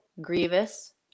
Grievous